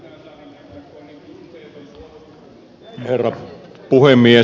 herra puhemies